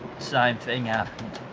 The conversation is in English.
same thing and